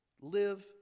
Live